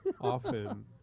often